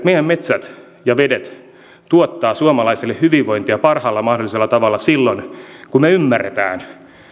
meidän metsät ja vedet tuottavat suomalaisille hyvinvointia parhaalla mahdollisella tavalla silloin kun me ymmärrämme